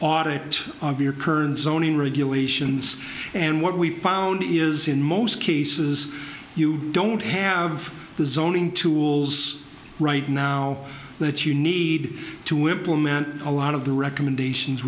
audit of your current zoning regulations and what we found is in most cases you don't have the zoning tools right now that you need to implement a lot of the recommendations